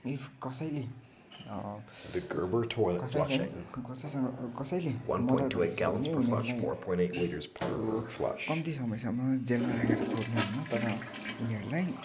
if कसैले कसैलाई कसैसँग कसैले मर्डर गरेको छ भने उनीहरूलाई त्यो कम्ती समयसम्म जेलमा राखेर छोड्नु होइन तर उनीहरूलाई